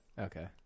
Okay